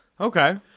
Okay